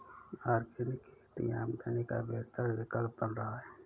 organic खेती आमदनी का बेहतर विकल्प बन रहा है